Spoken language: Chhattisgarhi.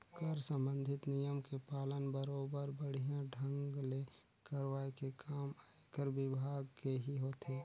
कर संबंधित नियम के पालन बरोबर बड़िहा ढंग ले करवाये के काम आयकर विभाग केही होथे